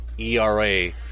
ERA